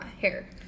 hair